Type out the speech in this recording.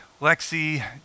Lexi